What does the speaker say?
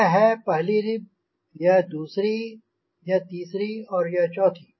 यह है पहली रिब यह दूसरी यह तीसरी और यह चौथी